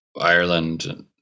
Ireland